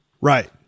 Right